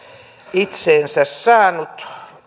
itseensä saanut